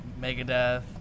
Megadeth